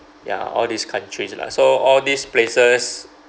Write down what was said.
ya all these countries lah so all these places